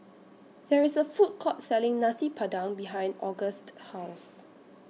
There IS A Food Court Selling Nasi Padang behind Auguste's House